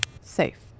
Safe